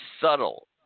subtle